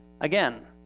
again